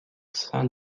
sein